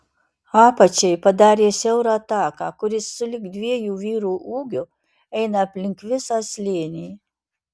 apačiai padarė siaurą taką kuris sulig dviejų vyrų ūgiu eina aplink visą slėnį